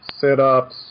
sit-ups